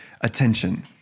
attention